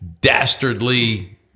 dastardly